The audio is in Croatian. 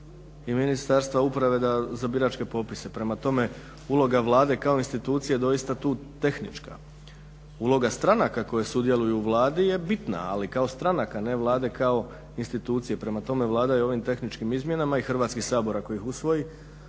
i Ministarstva uprave da za biračke popise. Prema tome, uloga Vlade kao institucije je doista tu tehnička. Uloga stranaka koje sudjeluju u Vladi je bitna, ali kao stranaka a ne Vlade kao institucije. Prema tome, Vlada je ovim tehničkim izmjenama i Hrvatski sabor ako ih usvoji,